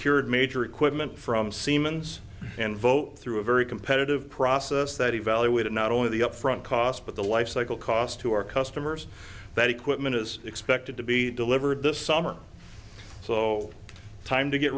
procured major equipment from siemens and vote through a very competitive process that evaluated not only the upfront cost but the lifecycle cost to our customers that equipment is expected to be delivered this summer so time to get